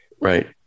Right